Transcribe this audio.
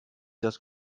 das